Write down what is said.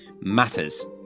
matters